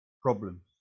problems